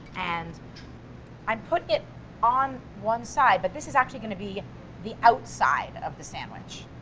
and i put it on one side, but this is actually going to be the outside of the sandwich.